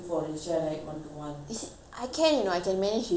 I can you know I can manage reisha you know because it's just one person